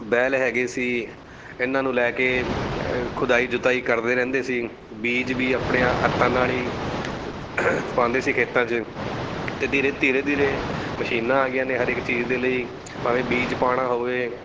ਬੈਲ ਹੈਗੇ ਸੀ ਇਹਨਾਂ ਨੂੰ ਲੈ ਕੇ ਖੁਦਾਈ ਜੁਤਾਈ ਕਰਦੇ ਰਹਿੰਦੇ ਸੀ ਬੀਜ ਵੀ ਆਪਣੇ ਹੱਥਾਂ ਨਾਲ ਹੀ ਪਾਉਂਦੇ ਸੀ ਖੇਤਾਂ 'ਚ ਅਤੇ ਧੀਰੇ ਧੀਰੇ ਧੀਰੇ ਮਸ਼ੀਨਾਂ ਆ ਗਈਆਂ ਨੇ ਹਰ ਇੱਕ ਚੀਜ਼ ਦੇ ਲਈ ਭਾਵੇਂ ਬੀਜ ਪਾਉਣਾ ਹੋਵੇ